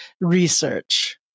research